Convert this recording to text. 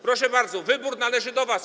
Proszę bardzo, wybór należy do was.